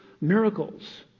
miracles